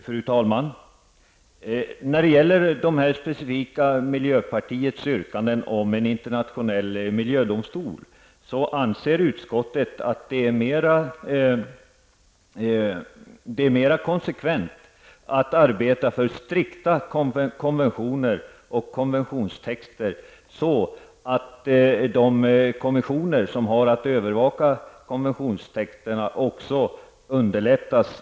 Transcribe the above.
Fru talman! När det gäller dessa specifika yrkanden från miljöpartiet om en internationell miljödomstol, anser utskottet att det är mer konsekvent att arbeta för strikta konventioner och konventionstexter, så att arbetet för de kommissioner som har att övervaka konventionstexterna underlättas.